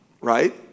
right